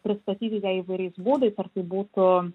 pristatyti ją įvairiais būdais ar tai būtų